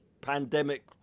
Pandemic